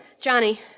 Johnny